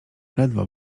ledwo